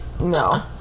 no